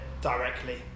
directly